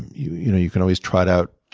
you you know you can always trot out,